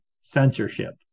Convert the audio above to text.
censorship